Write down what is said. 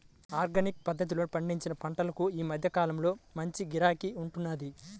organic పద్ధతిలో పండించిన పంటలకు ఈ మధ్య కాలంలో మంచి గిరాకీ ఉంటున్నది